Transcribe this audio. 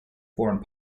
foreign